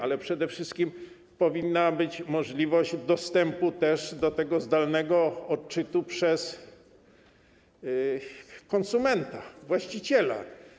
Ale przede wszystkim powinna być możliwość dostępu do zdalnego odczytu też przez konsumenta, właściciela.